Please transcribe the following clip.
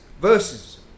verses